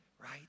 right